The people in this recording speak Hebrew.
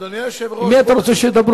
אדוני היושב-ראש, עם מי אתה רוצה שידברו?